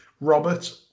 Robert